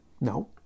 no